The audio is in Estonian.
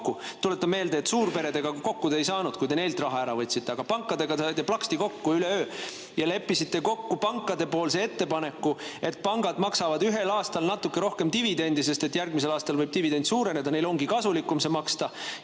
Tuletan meelde, et suurperedega te kokku ei saanud, kui te neilt raha ära võtsite, aga pankadega te saite plaksti kokku üleöö ja leppisite kokku pankadepoolses ettepanekus, et pangad maksavad ühel aastal natuke rohkem dividende, sest järgmisel aastal võivad dividendid suureneda. Neile ongi neid kasulikum siis maksta.